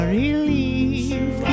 relief